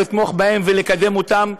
חובתנו לתמוך בהם ולקדם אותם,